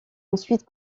ensuite